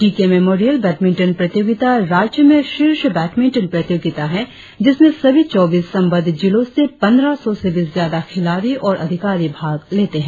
D K memorial badminton प्रतियोगिता राज्य में शीर्ष बैडमिंटन प्रतियोगिता हैं जिसमें सभी चौबीस संबंद्ध जिलों से पंद्रह सौ से भी ज्यादा खिलाड़ी और अधिकारी भाग लेते है